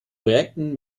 projekten